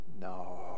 No